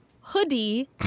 hoodie